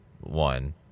one